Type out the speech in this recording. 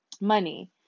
Money